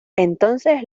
entonces